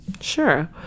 sure